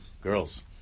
girls